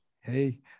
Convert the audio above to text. Hey